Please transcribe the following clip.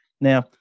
Now